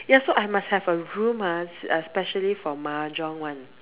ya so I must have a room ah specially for mahjong [one]